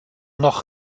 noch